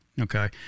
okay